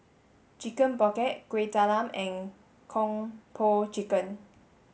chicken pocket Kuih Talam and Kung Po chicken